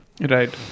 right